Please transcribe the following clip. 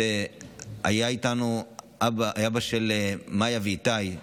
היה איתנו אבא של מיה ואיתי,